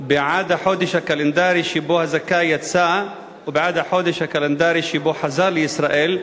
בעד החודש הקלנדרי שבו הזכאי יצא ובעד החודש הקלנדרי שבו חזר לישראל,